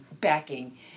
backing